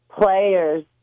players